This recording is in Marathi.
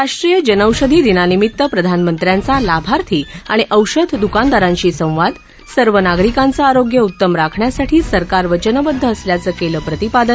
राष्ट्रीय जनौषधी दिनानिमित प्रधानमंत्र्यांचा लाभार्थी आणि औषध दुकानदारांशी संवाद सर्व नागरिकांचं आरोग्य उत्तम राखण्यासाठी सरकार वचनबद्ध असल्याचं केलं प्रतिपादन